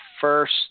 first